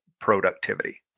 productivity